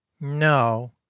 No